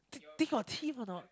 they they got teeth or not